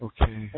Okay